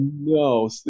No